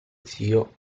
zio